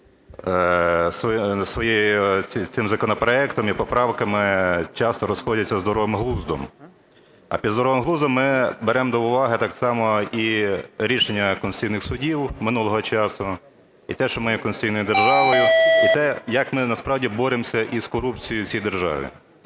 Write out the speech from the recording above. цим законопроектом і поправками, часто розходяться здоровим глуздом. А під здоровим глуздом ми беремо до уваги так само і рішення конституційних судів минулого часу, і те, що ми є конституційною державою, і те, як ми насправді боремося із корупцією в цій державі.